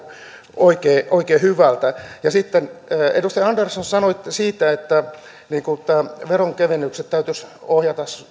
oikein oikein hyvältä sitten edustaja andersson kun sanoitte että veronkevennykset täytyisi ohjata